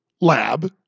lab